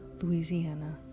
Louisiana